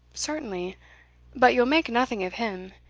certainly but you'll make nothing of him.